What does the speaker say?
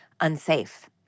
unsafe